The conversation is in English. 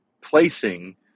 placing